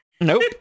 Nope